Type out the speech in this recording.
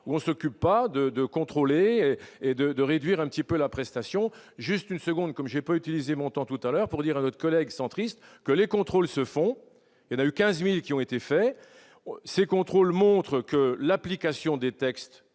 où on s'occupe pas de de contrôler et de de réduire un petit peu la prestation juste une seconde, comme j'ai pas utilisé montant tout à l'heure pour dire à notre collègue centriste que les contrôles se font y a eu 15000 qui ont été faits ces contrôles montrent que l'application des textes